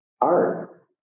art